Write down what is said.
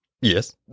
Yes